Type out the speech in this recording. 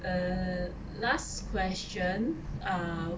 err last question uh